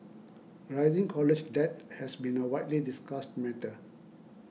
rising college debt has been a widely discussed matter